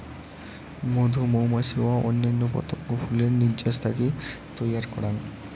মধু মৌমাছি ও অইন্যান্য পতঙ্গ ফুলের নির্যাস থাকি তৈয়ার করাং